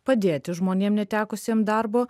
padėti žmonėm netekusiem darbo